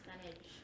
percentage